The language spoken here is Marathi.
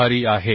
आभारी आहे